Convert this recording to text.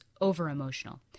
over-emotional